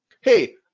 Hey